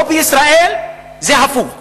פה בישראל זה הפוך: